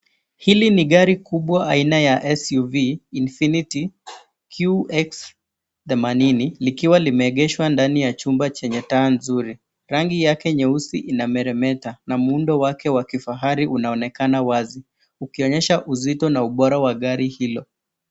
Hili ni gari kubwa aina ya SUV Infinity QX 80 likiwa limeegeshwa ndani ya chumba chenye taa nzuri. Rangi yake nyeusi inameremeta na muundo wake wa kifahari unaonekana wazi ukionyesha uzito na ubora wa gari hilo.